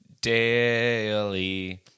daily